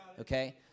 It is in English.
Okay